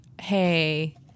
hey